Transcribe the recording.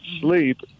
sleep